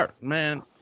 man